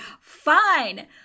fine